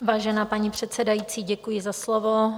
Vážená paní předsedající, děkuji za slovo.